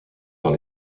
par